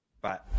Bye